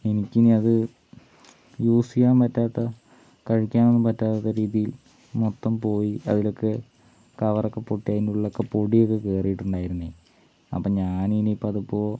എനിക്കിനി അത് യൂസെയ്യാൻ പറ്റാത്ത കഴിക്കാനൊന്നും പറ്റാത്ത രീതി മൊത്തം പോയി അതിലൊക്കെ കവറൊക്കെ പൊട്ടി അതിനുള്ളൊക്കെ പൊടിയൊക്കെ കേറിയിട്ടുണ്ടായിരുന്നേ അപ്പം ഞാനിനി ഇപ്പോൾ അത് ഇപ്പോൾ